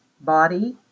Body